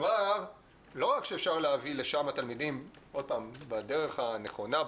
לא רק שאפשר להביא לשם תלמידים בדרך הנכונה,